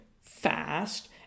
fast